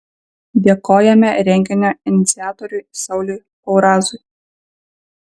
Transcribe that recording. dėkojame renginio iniciatoriui sauliui paurazui